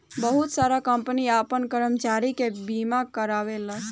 बहुत सारा कंपनी आपन कर्मचारी के बीमा कारावेला